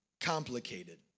complicated